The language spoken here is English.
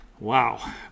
Wow